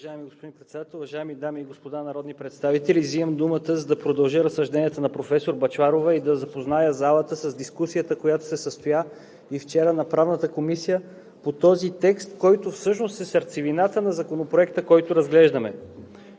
Уважаеми господин Председател, уважаеми дами и господа народни представители! Взимам думата, за да продължа разсъжденията на професор Бъчварова и да запозная залата с дискусията, която се състоя по този текст и вчера на Правната комисия и който всъщност е сърцевината на Законопроекта, който разглеждаме.